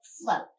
float